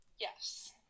Yes